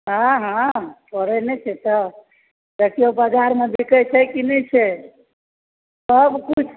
हँ हँ छोड़ै नहि छी तऽ देखिऔ बाजारमे बिकै छै कि नहि छै सब किछु